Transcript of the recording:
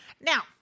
Now